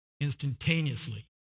instantaneously